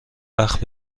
وقت